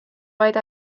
vaid